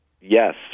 Yes